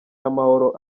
y’amahoro